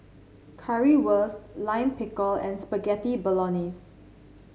Currywurst Lime Pickle and Spaghetti Bolognese